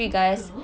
two girls